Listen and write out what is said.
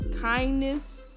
kindness